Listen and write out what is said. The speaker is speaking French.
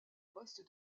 postes